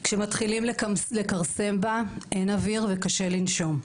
כשמתחילים לקרסם בה, אין אוויר וקשה לנשום.